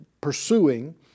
pursuing